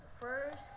First